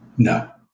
no